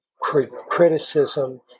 criticism